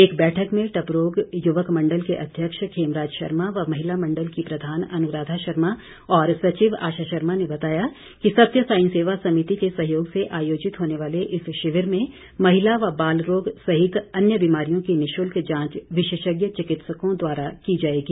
एक बैठक में टपरोग युवक मंडल के अध्यक्ष खेमराज शर्मा व महिला मंडल की प्रधान अनुराधा शर्मा और सचिव आशा शर्मा ने बताया कि सत्य सांई सेवा समिति के सहयोग से आयोजित होने वाले इस शिविर में महिला व बाल रोग सहित अन्य बीमारियों की निशुल्क जांच विशेषज्ञ चिकित्सों द्वारा की जाएगी